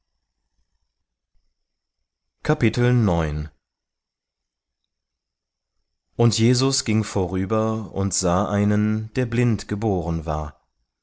und jesus ging vorüber und sah einen der blind geboren war